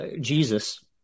Jesus